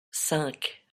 cinq